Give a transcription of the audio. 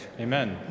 Amen